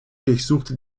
durchsuchte